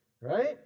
Right